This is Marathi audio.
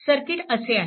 सर्किट असे आहे